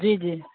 जी जी